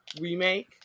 Remake